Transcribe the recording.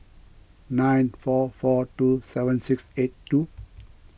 nine four four two seven six eight two